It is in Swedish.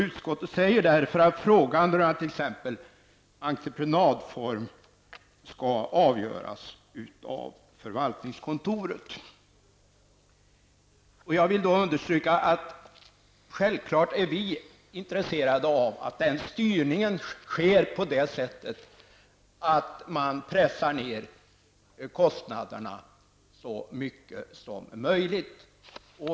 Utskottet säger därför att frågan rörande t.ex. entreprenadform skall avgöras av förvaltningskontoret. Jag vill då understryka att vi är självfallet intresserade av att denna styrning görs så att kostnaderna pressas ned så mycket som möjligt.